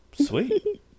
sweet